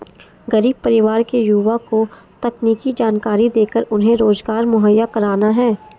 गरीब परिवार के युवा को तकनीकी जानकरी देकर उन्हें रोजगार मुहैया कराना है